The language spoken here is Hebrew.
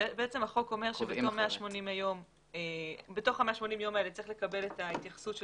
החוק אומר שבתוך 180 הימים האלה צריך לקבל את ההתייחסות של